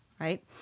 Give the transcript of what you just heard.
Right